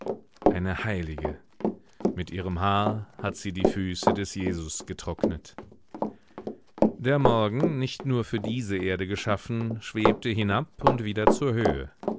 eine heilige mit ihrem haar hat sie die füße des jesus getrocknet der morgen nicht nur für diese erde geschaffen schwebte hinab und wieder zur höhe